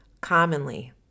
commonly